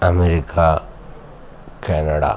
America Canada